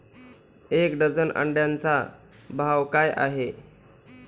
एक डझन अंड्यांचा भाव काय आहे?